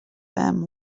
them